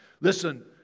Listen